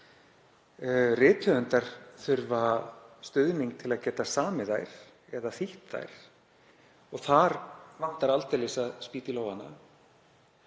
Rithöfundar þurfa stuðning til að geta samið þær eða þýtt þær og þar vantar aldeilis að spýta í lófana.